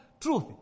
truth